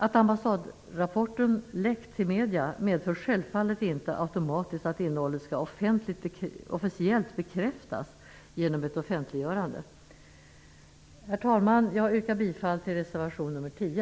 Att ambassadrapporten läckt ut till medierna medför självfallet inte automatiskt att innehållet skall officiellt bekräftas genom ett offentliggörande. Herr talman! Jag yrkar bifall till reservation 10.